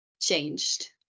changed